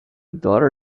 daughter